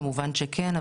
כמובן שכן,